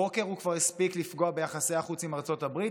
הבוקר הוא כבר הספיק לפגוע ביחסי החוץ עם ארצות הברית,